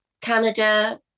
Canada